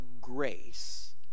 grace